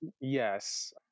Yes